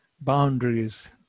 boundaries